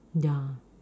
ya